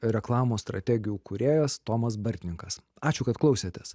reklamos strategijų kūrėjas tomas bartninkas ačiū kad klausėtės